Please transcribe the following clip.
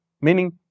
Meaning